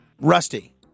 Rusty